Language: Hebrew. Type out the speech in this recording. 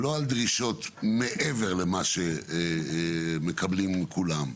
לא על דרישות מעבר למה שמקבלים כולם,